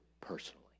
personally